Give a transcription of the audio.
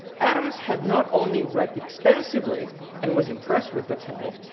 adams had not only read extensively and was impressed with vattel,